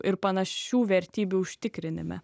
ir panašių vertybių užtikrinime